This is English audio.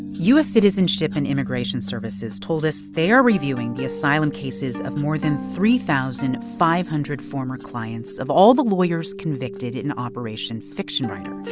u s. citizenship and immigration services told us they are reviewing the asylum cases of more than three thousand five hundred former clients of all the lawyers convicted in operation fiction writer.